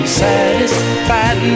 satisfied